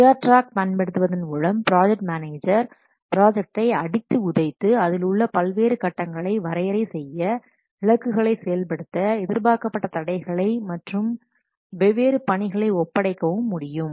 sure track பயன்படுத்துவதன் மூலம் project manager ப்ராஜக்டை அடித்து உதைத்து அதில் உள்ள பல்வேறு கட்டங்களை வரையறை செய்ய இலக்குகளை செயல்படுத்த எதிர்பார்க்கப்பட்ட தடைகளை மற்றும் வெவ்வேறு பணிகளை ஒப்படைக்கவும் முடியும்